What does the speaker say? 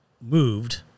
moved